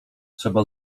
trzeba